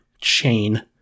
chain